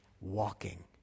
walking